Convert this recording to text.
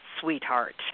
Sweetheart